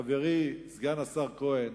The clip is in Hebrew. חברי סגן השר כהן,